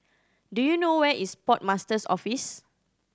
do you know where is Port Master's Office